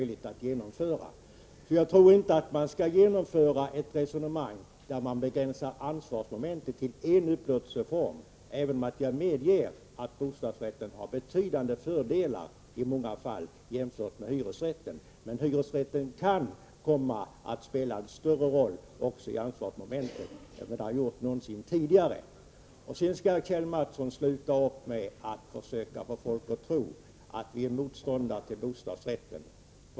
Jag tror alltså inte att man skall begränsa ansvarsmomentet till en enda upplåtelseform, även om jag medger att bostadsrätten har betydande fördelar i många fall jämförd med hyresrätten. Men hyresrätten kan komma att spela en större roll också i ansvarsmomentet än den har gjort tidigare. Sedan skall Kjell Mattsson sluta med att försöka få folk att tro att vi är motståndare till bostadsrätten.